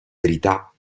verità